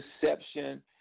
deception